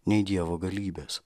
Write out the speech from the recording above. nei dievo galybės